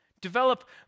Develop